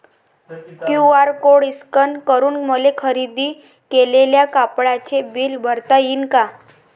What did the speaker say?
QR code scan करून मले खरेदी केलेल्या कापडाचे बिल भरता यीन का?